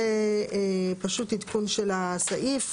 זה פשוט עדכון של הסעיף.